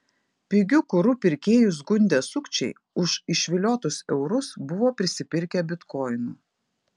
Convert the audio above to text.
pigiu kuru pirkėjus gundę sukčiai už išviliotus eurus buvo prisipirkę bitkoinų